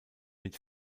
mit